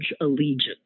allegiance